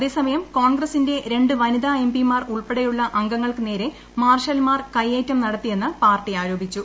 അതേസമയം കോൺഗ്രസിന്റെ ര ് വനിതാ എം പിമാർ ഉൾപ്പെടെയുള്ള അംഗങ്ങൾക്ക് നേരെ മാർഷൽമാർ കയ്യേറ്റം നടത്തിയെന്ന് പാർട്ടി ആരോപിച്ചു